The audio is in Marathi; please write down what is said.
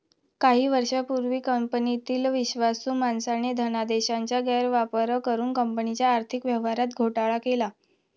काही वर्षांपूर्वी कंपनीतील विश्वासू माणसाने धनादेशाचा गैरवापर करुन कंपनीच्या आर्थिक व्यवहारात घोटाळा केला